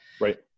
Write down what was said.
Right